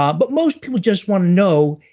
um but most people just want to know,